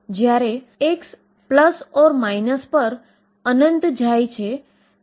તે જ રીતે શ્રોડિંજરના Schrödinger સિદ્ધાંતમાં સ્ટેશનરી વેવ માત્ર જ ધરાવતા હશે